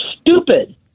stupid